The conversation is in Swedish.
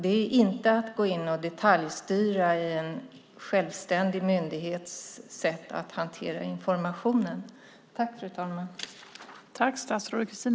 Det är inte att gå in och detaljstyra i en självständig myndighets sätt att hantera informationen.